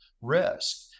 risk